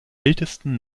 ältesten